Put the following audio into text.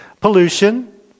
Pollution